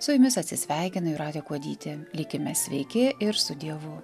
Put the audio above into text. su jumis atsisveikina jūratė kuodytė likime sveiki ir su dievu